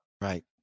Right